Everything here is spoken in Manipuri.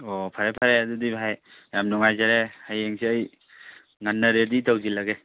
ꯑꯣ ꯐꯔꯦ ꯐꯔꯦ ꯑꯗꯨꯗꯤ ꯚꯥꯏ ꯌꯥꯝ ꯅꯨꯡꯉꯥꯏꯖꯔꯦ ꯍꯌꯦꯡꯁꯤ ꯑꯩ ꯉꯟꯅ ꯔꯦꯗꯤ ꯇꯧꯁꯤꯜꯂꯒꯦ